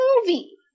movie